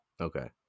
Okay